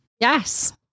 Yes